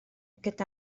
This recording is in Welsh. gyda